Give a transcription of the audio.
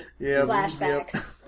flashbacks